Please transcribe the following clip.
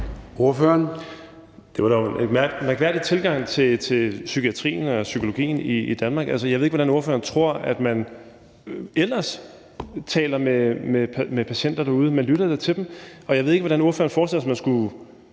Det var dog en mærkværdig tilgang til psykiatrien og psykologien i Danmark. Jeg ved ikke, hvordan ordføreren tror man ellers taler med patienter derude. Man lytter da til dem. Jeg ved ikke, hvordan ordføreren forestiller sig man skulle